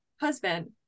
husband